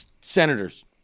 senators